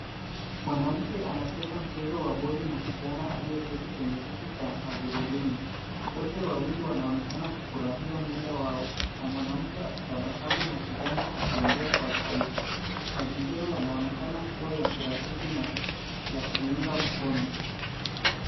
Mwanamke anacheza mchezo wa bodi na kijana aliyeketi kwenye kiti cha magurudumu . Wote wawili wanaonekana kufurahia muda wao na mwanamke akitabasamu na kijana akiongea kwa shauku. Mazingira yanaonekana kuwa ya kirafiki na ya kuunga mkono .